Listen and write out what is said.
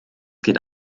geht